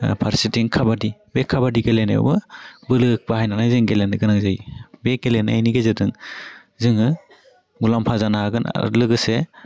ओह फारसेथिं खाबादि बे खाबादि गेलेनायावबो बोलो बाहायनानै जों गेलेनो गोनां जायो बे गेलेनायनि गेजेरजों जोङो मुलाम्फा जानो हागोन आर लोगोसे